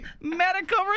medical